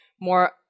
more